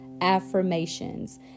affirmations